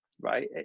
right